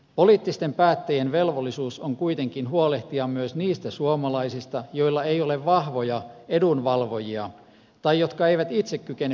poliittisten päättäjien velvollisuus on kuitenkin huolehtia myös niistä suomalaisista joilla ei ole vahvoja edunvalvojia tai jotka eivät itse kykene puoliaan pitämään